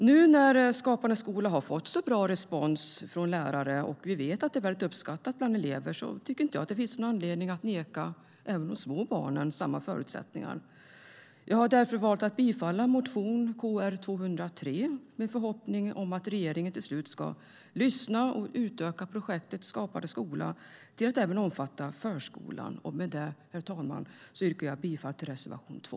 Nu när Skapande skola har fått så bra respons från lärare och vi vet att den är mycket uppskattad bland elever tycker jag inte att det finns någon anledning att inte ge även de små barnen samma förutsättningar. Jag väljer därför att yrka bifall till motion Kr203 med förhoppningen att regeringen till slut ska lyssna och utöka projektet Skapande skola till att även omfatta förskolan. Med detta yrkar jag bifall till reservation 2.